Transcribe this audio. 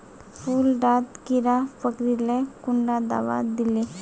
फुल डात कीड़ा पकरिले कुंडा दाबा दीले?